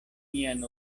mian